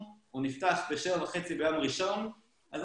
אני